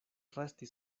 resti